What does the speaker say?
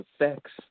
effects